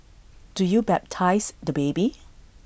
do you baptise the baby